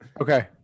Okay